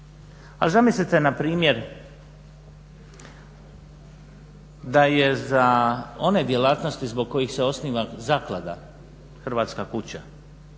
Ali zamislite npr. da je za one djelatnosti zbog kojih se osniva zaklada "Hrvatska kuća"